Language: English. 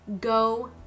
Go